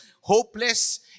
hopeless